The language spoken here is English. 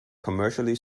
commercially